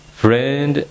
friend